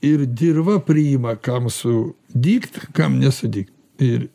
ir dirva priima kam su dygt kam nesudygt ir